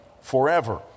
forever